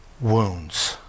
wounds